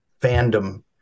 fandom